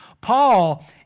Paul